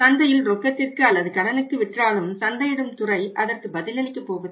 சந்தையில் ரொக்கத்திற்கு அல்லது கடனுக்கு விற்றாலும் சந்தையிடும் துறை அதற்குப் பதிலளிக்கப் போவதில்லை